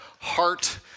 heart